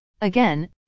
Again